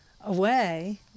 away